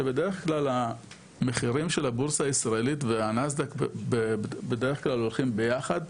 שבדרך כלל המחירים של הבורסה הישראלית והנאסד"ק בדרך כלל הולכים ביחד,